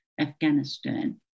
Afghanistan